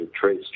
trace